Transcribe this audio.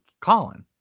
Colin